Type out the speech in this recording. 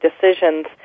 decisions